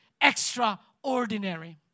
extraordinary